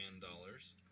dollars